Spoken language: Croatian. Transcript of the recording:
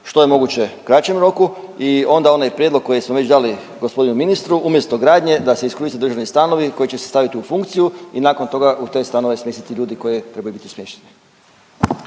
što je moguće kraćem roku i onda onaj prijedlog koji smo već dali gospodinu ministru umjesto gradnje da se iskoriste državni stanovi koji će se staviti u funkciju i nakon toga u te stanove smjestiti ljude koji trebaju biti smješteni.